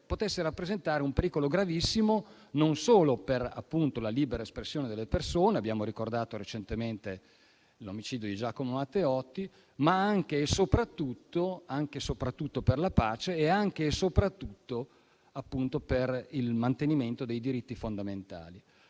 potessero rappresentare un pericolo gravissimo non solo appunto per la libera espressione delle persone (abbiamo ricordato recentemente l'omicidio di Giacomo Matteotti), ma anche e soprattutto per la pace e per il mantenimento dei diritti fondamentali.